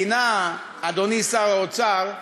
מדינה, אדוני שר האוצר,